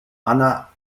anna